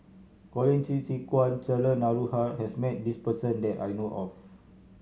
Colin Qi Zhe Quan and Cheryl Noronha has met this person that I know of